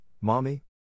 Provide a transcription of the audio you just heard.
Mommy